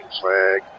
flag